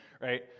right